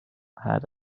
had